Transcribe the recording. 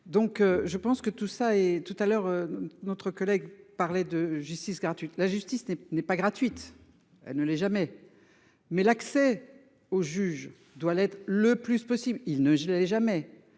Donc je pense que tout ça et tout à l'heure notre collègue parlait de justice gratuite. La justice n'est n'est pas gratuite. Elle ne l'est jamais. Mais l'accès au juge doit l'être le plus possible, il ne je n'ai jamais